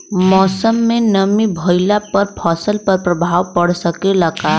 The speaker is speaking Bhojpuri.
मौसम में नमी भइला पर फसल पर प्रभाव पड़ सकेला का?